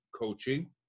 coaching